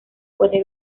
puede